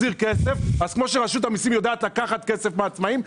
אז כמו שרשות המיסים יודעת לקחת כסף מעצמאים,